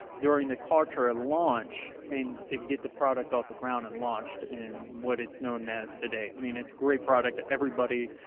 during the kartra launch and to get the product off the ground and launched and what it's known as today. i mean, it's great product to everybody.